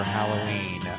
Halloween